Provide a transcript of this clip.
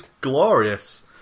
glorious